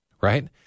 right